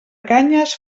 canyes